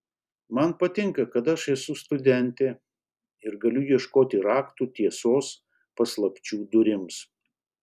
man patinka kad aš esu studentė ir galiu ieškoti raktų tiesos paslapčių durims